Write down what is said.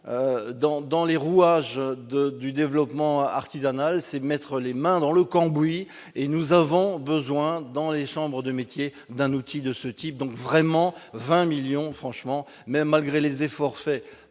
dans les roues, âge de du développement artisanale, c'est de mettre les mains dans le cambouis et nous avons besoin dans les chambres de métiers, d'un outil de ce type, donc vraiment 20 millions franchement mais malgré les efforts faits